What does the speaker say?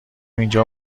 اینجا